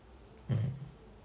mm